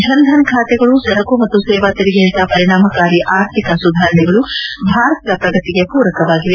ಜನ್ಧನ್ ಖಾತೆಗಳು ಸರಕು ಮತ್ತು ಸೇವಾ ತೆರಿಗೆಯಂಥ ಪರಿಣಾಮಕಾರಿ ಆರ್ಥಿಕ ಸುಧಾರಣೆಗಳು ಭಾರತದ ಪ್ರಗತಿಗೆ ಪೂರಕವಾಗಿವೆ